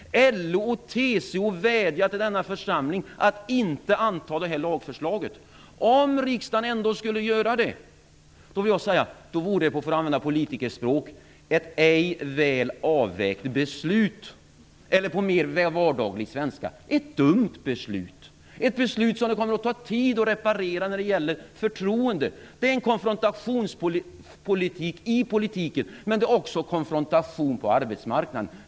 LO och TCO vädjar till denna församling att inte anta lagförslaget. Om riksdagen ändå skulle göra det vore det, för att använda politikerspråk. ett ej väl avvägt beslut. Eller på mer vardaglig svenska: ett dumt beslut. Det är ett beslut som kommer att ta tid att reparera när det gäller förtroende. Det är en konfrontationspolitik i politiken, men det är också konfrontation på arbetsmarknaden.